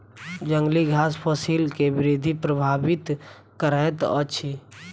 जंगली घास फसिल के वृद्धि प्रभावित करैत अछि